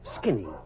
skinny